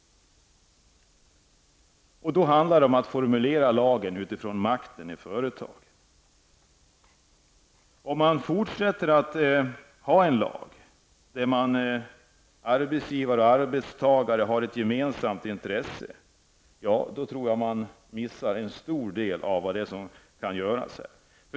Lagen måste därför formuleras utifrån makten i företagen. Om man även i fortsättningen har en lag där det förutsätts att arbetsgivare och arbetstagare har ett gemensamt intresse tror jag att man missar en stor del av det som kan göras.